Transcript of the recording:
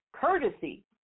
courtesy